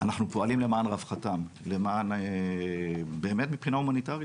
אנחנו פועלים למען רווחתם באמת מבחינה הומניטרית